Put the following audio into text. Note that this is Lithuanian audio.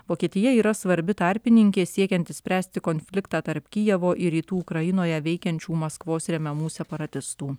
vokietija yra svarbi tarpininkė siekiant išspręsti konfliktą tarp kijevo ir rytų ukrainoje veikiančių maskvos remiamų separatistų